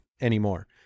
anymore